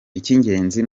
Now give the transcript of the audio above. icy’ingenzi